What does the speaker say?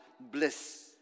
bliss